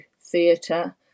theatre